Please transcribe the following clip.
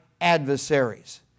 adversaries